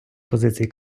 позиції